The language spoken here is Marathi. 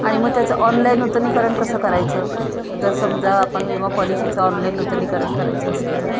आणि मग त्याचं ऑनलाई नूतनीकरण कसं करायचं जर समजा आपण विमा पॉलिसीचं ऑनलाई नूतनीकरण करायचं असेल तर